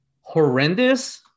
horrendous